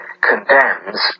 condemns